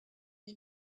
was